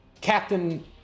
captain